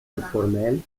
informelle